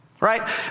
Right